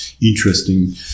interesting